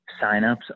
signups